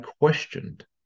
questioned